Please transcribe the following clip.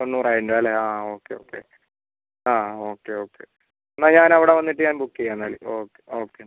തൊണ്ണൂറായിരം രൂപ അല്ലെ ആ ഓക്കെ ഓക്കെ ആ ഓക്കെ ഓക്കെ എന്നാൽ ഞാൻ അവിടെ വന്നിട്ട് ഞാൻ ബുക്ക് ചെയ്യാം എന്നാൽ ഓക്കെ ഓക്കെ എന്നാൽ